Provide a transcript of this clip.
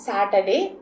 Saturday